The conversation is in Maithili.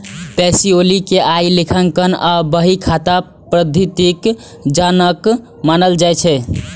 पैसिओली कें आइ लेखांकन आ बही खाता पद्धतिक जनक मानल जाइ छै